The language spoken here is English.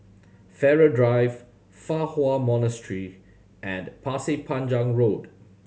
Farrer Drive Fa Hua Monastery and Pasir Panjang Road